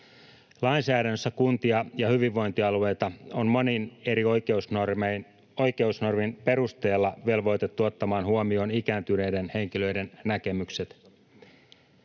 Lainsäädännössä kuntia ja hyvinvointialueita on monen eri oikeusnormin perusteella velvoitettu ottamaan huomioon ikääntyneiden henkilöiden näkemykset.